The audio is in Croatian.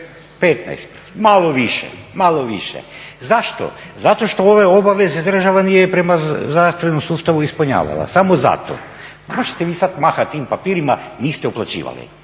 15? Malo više, malo više. Zašto? Zato što ove obaveze država nije prema zdravstvenom sustavu ispunjavala, samo zato. Možete vi sad mahati tim papirima, niste uplaćivali